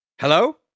Hello